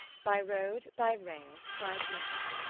by road, by rail, by water?